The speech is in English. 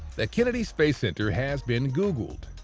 the kennedy space center has been googled!